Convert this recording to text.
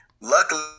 Luckily